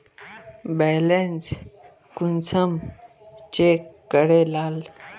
Balance कुंसम check करे लाल?